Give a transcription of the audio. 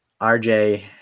rj